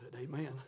amen